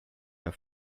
der